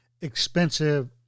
expensive